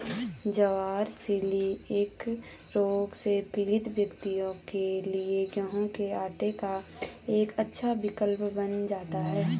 ज्वार celiac रोग से पीड़ित व्यक्तियों के लिए गेहूं के आटे का एक अच्छा विकल्प बन जाता है